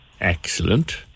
Excellent